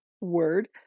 word